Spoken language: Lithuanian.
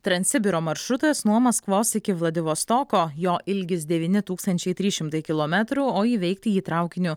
transsibiro maršrutas nuo maskvos iki vladivostoko jo ilgis devyni tūkstančiai trys šimtai kilometrų o įveikti jį traukiniu